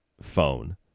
phone